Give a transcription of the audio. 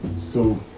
so.